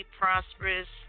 prosperous